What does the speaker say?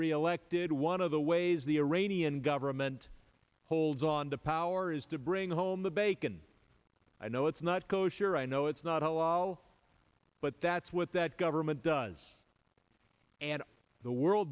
reelected one of the ways the iranian government holds on to power is to bring home the bacon i know it's not kosher i know it's not allow but that's what that government does and the world